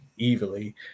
evilly